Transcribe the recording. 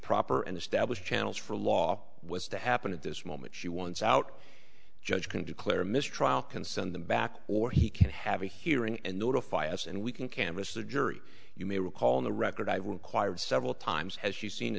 proper and established channels for law was to happen at this moment she wants out judge can declare a mistrial can send them back or he can have a hearing and notify us and we can canvas the jury you may recall in the record i've required several times has she seen a